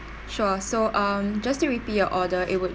sure so um just to repeat your order it would